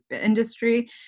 industry